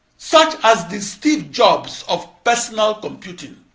such as the steve jobs of personal computing